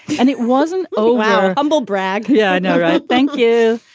and it wasn't. oh, our humblebrag. yeah, i know. right. thank you.